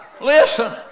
Listen